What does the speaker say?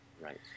Right